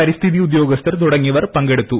പരിസ്ഥിതി ഉദ്യോഗസ്ഥർ തുടങ്ങിയവർ പങ്കെടുത്തു